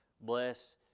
bless